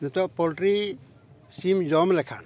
ᱱᱤᱛᱳᱜ ᱯᱳᱞᱴᱨᱤ ᱥᱤᱢ ᱡᱚᱢ ᱞᱮᱠᱷᱟᱱ